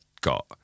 got